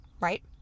right